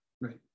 right